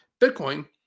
Bitcoin